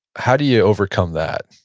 how do you overcome that?